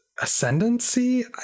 ascendancy